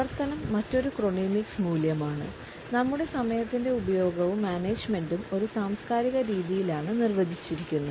പ്രവർത്തനം മറ്റൊരു ക്രോണമിക്സ് മൂല്യമാണ് നമ്മുടെ സമയത്തിൻറെ ഉപയോഗവും മാനേജ്മെന്റും ഒരു സാംസ്കാരിക രീതിയിലാണ് നിർവചിച്ചിരിക്കുന്നത്